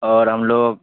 اور ہم لوگ